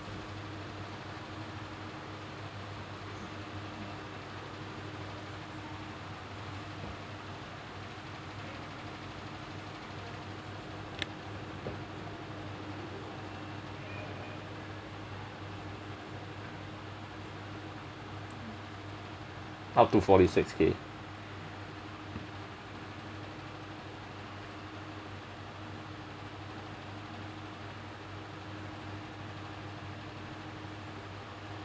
up to forty six K